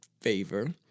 favor